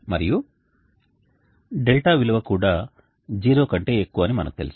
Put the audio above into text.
మరియు δ విలువ కూడా 0 కంటే ఎక్కువ అని మనకు తెలుసు